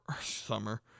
Summer